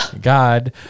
God